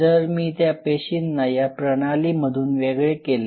जर मी त्या पेशींना या प्रणाली मधून वेगळे केले